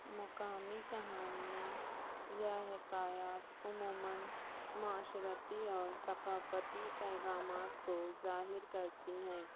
مقامی کہانیاں یا حکایات عموماََ معاشرتی اور ثقافتی پیغامات کو ظاہر کرتی ہیں